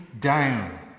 down